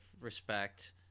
respect